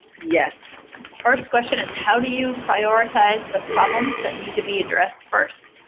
yes. first question is how do you prioritize the problems that need to be addressed first?